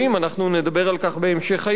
אנחנו נדבר על כך בהמשך היום.